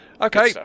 Okay